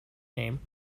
name